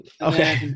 Okay